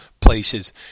places